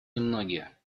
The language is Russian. немногие